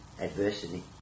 adversity